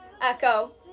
Echo